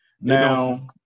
Now